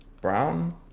brown